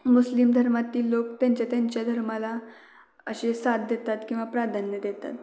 मुस्लिम धर्मातील लोक त्यांच्या त्यांच्या धर्माला असे साथ देतात किंवा प्राधान्य देतात